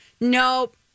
Nope